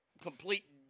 Complete